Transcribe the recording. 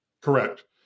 Correct